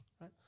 right